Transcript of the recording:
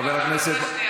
חבר הכנסת,